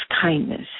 kindness